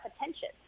attention